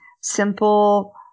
simple